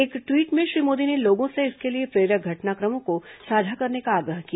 एक ट्वीट में श्री मोदी ने लोगों से इसके लिए प्रेरक घटनाक्रमों को साझा करने का आग्रह किया